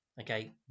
okay